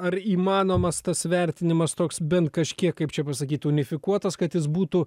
ar įmanomas tas vertinimas toks bent kažkiek kaip čia pasakyt unifikuotas kad jis būtų